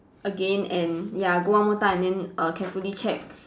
again and ya go one more time and then err carefully check